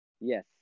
Yes